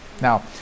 Now